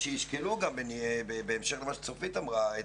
שישקלו גם בהמשך למה שצופית אמרה,